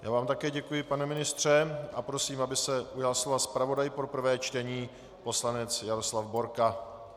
Já vám také děkuji, pane ministře, a prosím, aby se slova ujal zpravodaj pro prvé čtení poslanec Jaroslav Borka.